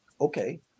Okay